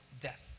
death